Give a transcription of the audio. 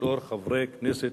בתור חברי כנסת,